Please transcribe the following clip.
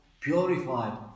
purified